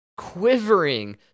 quivering